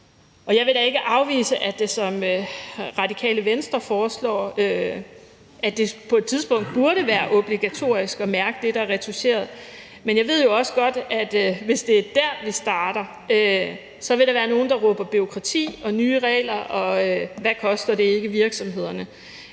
jeg vil da ikke afvise det, som Radikale Venstre foreslår, nemlig at det på et tidspunkt burde være obligatorisk at mærke det, der er retoucheret, men jeg ved jo også godt, at hvis det er der, vi starter, vil der være nogle, der råber bureaukrati og nye regler og spørger til, hvad det koster virksomhederne,